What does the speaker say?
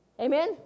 Amen